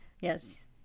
yes